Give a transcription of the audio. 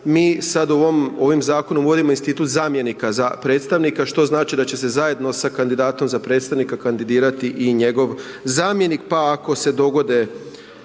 Mi sad ovim zakonom uvodimo institut zamjenika za predstavnika, što znači da će se zajedno sa kandidatom za predstavnika kandidirati i njegov zamjenik, ap ako se dogode